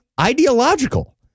ideological